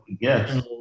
Yes